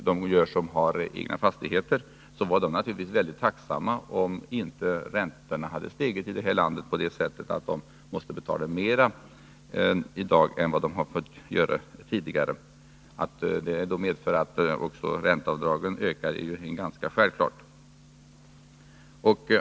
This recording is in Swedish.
De som har egna fastigheter skulle naturligtvis vara mycket tacksamma om räntorna här i landet inte hade stigit på det sätt som de har gjort: Därigenom måste de betala mera i dag än de gjorde tidigare. Att det då medför att också ränteavdragen ökar är självklart.